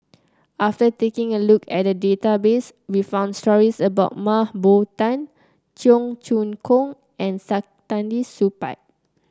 after taking a look at database we found stories about Mah Bow Tan Cheong Choong Kong and Saktiandi Supaat